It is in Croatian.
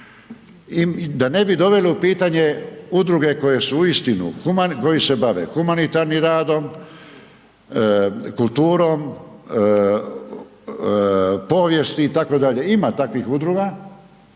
da ne bi dovelo u pitanje udruge koje se uistinu bave humanitarnim radom, kulturom, povijesti itd., ima takvih udruga